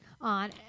on